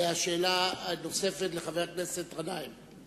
השאלה הנוספת לחבר הכנסת גנאים.